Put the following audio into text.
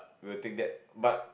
will take that but